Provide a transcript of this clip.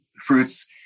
fruits